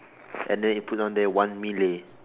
and then it put down there one mini